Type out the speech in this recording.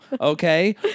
Okay